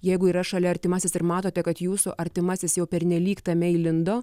jeigu yra šalia artimasis ir matote kad jūsų artimasis jau pernelyg tame įlindo